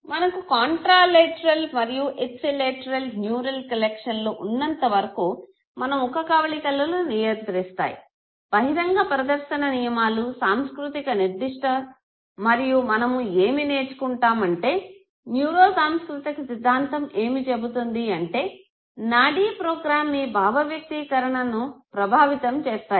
మనకు contralateral మరియు ipsilateral neural కలెక్షన్లు ఉన్నంతవరకు మన ముఖకవళికలను నియంత్రిస్తాయి బహిరంగ ప్రదర్శన నియమాలు సాంస్కృతిక నిర్దిష్ట మరియు మనము ఏమి నేర్చుకుంటామంటే న్యూరో సాంస్కృతిక సిద్ధాంతం ఏమి చెబుతుంది అంటే నాడీ ప్రోగ్రాం మీ భావవ్యక్తీకరణను ప్రభావితం చేస్తాయి